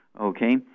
okay